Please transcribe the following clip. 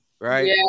right